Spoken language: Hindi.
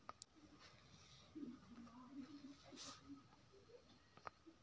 क्या मटर की जगह चने की फसल चक्रण में अच्छी खासी पैदावार होती है?